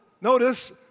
notice